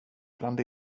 bland